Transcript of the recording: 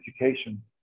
education